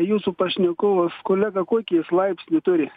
jūsų pašnekovas kolega kokį jis laipsnį turi